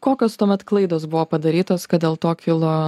kokios tuomet klaidos buvo padarytos kad dėl to kilo